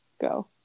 Go